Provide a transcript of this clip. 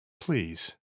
Please